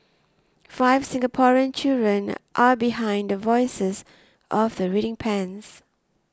five Singaporean children are behind the voices of the reading pens